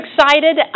excited